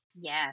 Yes